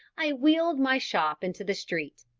i wheeled my shop into the street,